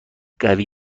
قوی